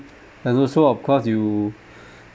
and also of course you